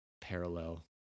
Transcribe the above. parallel